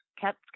kept